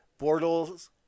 Bortles